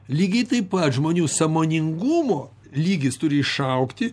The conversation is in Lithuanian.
lygiai taip pat žmonių sąmoningumo lygis turi išaugti